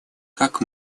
как